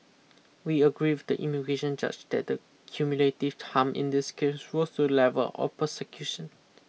we agree with the immigration judge that the cumulative harm in this case rose to the level of persecution